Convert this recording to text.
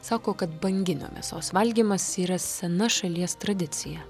sako kad banginio mėsos valgymas yra sena šalies tradicija